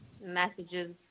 messages